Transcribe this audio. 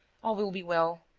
all will be well.